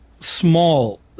Small